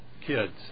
kids